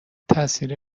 تاثیر